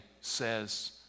says